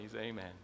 amen